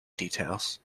details